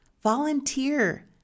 volunteer